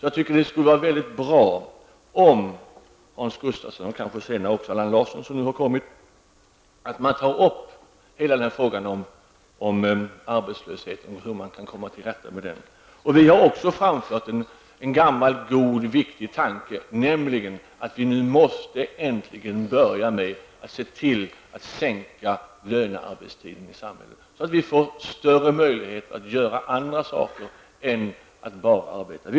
Jag tycker att det skulle vara väldigt bra, om Hans Gustafsson och kanske också Allan Larsson, som nu har kommit, tar upp hela frågan om arbetslösheten och hur man kan komma till rätta med den. Vi har framfört en gammal god och viktig tanke, nämligen att det är dags att äntligen börja minska lönearbetstiden, så att människor får större möjlighet att göra andra saker än att bara arbeta.